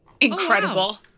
incredible